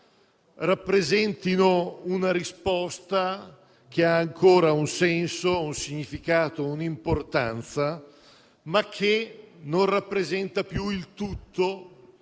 rappresentino una risposta che ha ancora un senso, un significato, un'importanza, ma che non rappresenta più il tutto